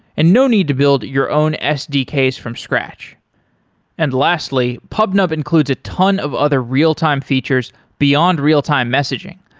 and no need to build your own sdks from scratch and lastly, pubnub includes a ton of other real-time features beyond real-time messaging,